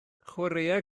chwaraea